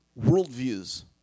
worldviews